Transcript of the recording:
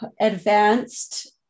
advanced